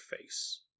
face